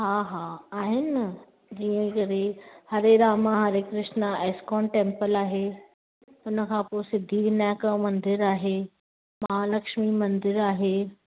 हा हा आहिनि न जीअं करे हरे रामा हरे कृष्णा इस्कान टेम्पल आहे हुनखां पोइ सिध्दि विनायक मंदरु आहे महालक्ष्मी मंदरु आहे